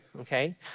okay